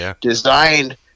designed